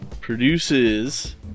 produces